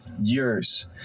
years